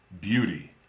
beauty